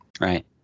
Right